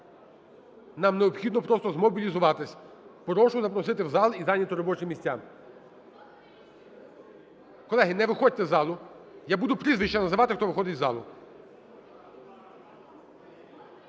нам необхідно просто змобілізуватись. Прошу запросити в зал і зайняти робочі місця. Колеги, не виходьте з залу, я буду прізвища називати, хто виходить з залу.